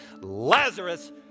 Lazarus